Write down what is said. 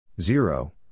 Zero